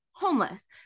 homeless